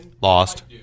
Lost